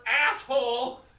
asshole